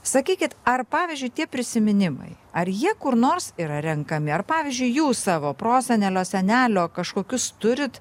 sakykit ar pavyzdžiui tie prisiminimai ar jie kur nors yra renkami ar pavyzdžiui jūs savo prosenelio senelio kažkokius turit